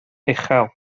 uchel